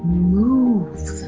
move.